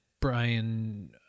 brian